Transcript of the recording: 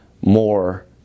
more